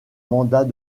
mandat